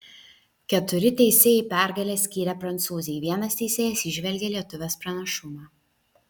keturi teisėjai pergalę skyrė prancūzei vienas teisėjas įžvelgė lietuvės pranašumą